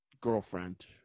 girlfriend